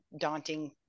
daunting